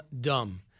dumb